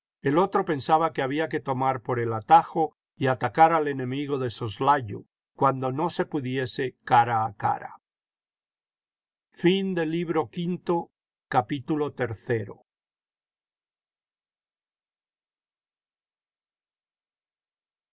el otro pensaba que había que tomar por el atajo y atacar al enemigo de soslayo cuando no se pudiese cara a cara